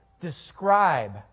describe